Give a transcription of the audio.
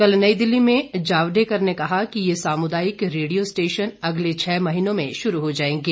कल नई दिल्ली में जावड़ेकर ने कहा कि यह सामुदायिक रेडियो स्टेशन अगले छह महीनों में शुरू हो जायेंगे